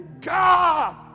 God